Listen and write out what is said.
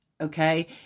Okay